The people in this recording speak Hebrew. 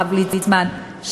הרב ליצמן,